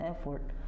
effort